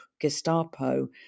Gestapo